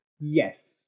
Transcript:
Yes